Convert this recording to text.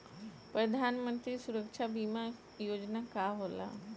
प्रधानमंत्री सुरक्षा बीमा योजना का होला?